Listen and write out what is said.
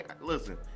Listen